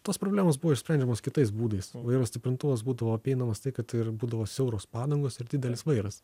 tos problemos buvo išsprendžiamos kitais būdais vairo stiprintuvas būdavo apeinamas tai kad ir būdavo siauros padangos ir didelis vairas